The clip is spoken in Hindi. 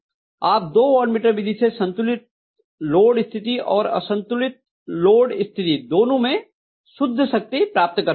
आप दो वाट मीटर विधि से संतुलित लोड स्थिति और असंतुलित लोड स्थिति दोनों में शुद्ध शक्ति प्राप्त कर सकते हैं